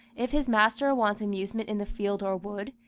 if his master wants amusement in the field or wood,